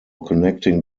connecting